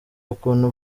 ukuntu